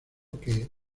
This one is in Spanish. que